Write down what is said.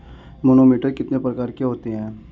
Manometer कितने प्रकार के होते हैं?